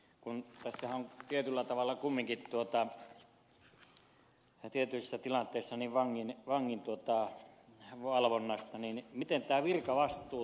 kun tässähän on tietyllä tavalla kumminkin tietyissä tilanteissa kysymys vangin valvonnasta niin miten tämä virkavastuu tässä toteutuu